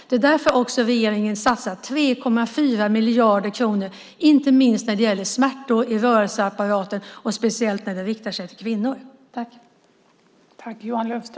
Det är därför regeringen satsar 3,4 miljarder kronor, inte minst på smärtor i rörelseapparaten och speciellt när det gäller kvinnor.